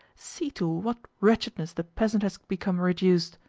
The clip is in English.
see to what wretchedness the peasant has become reduced!